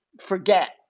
forget